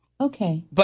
Okay